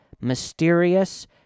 mysterious